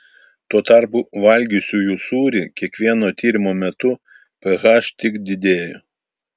tuo tarpu valgiusiųjų sūrį kiekvieno tyrimo metu ph tik didėjo